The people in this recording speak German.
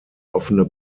offene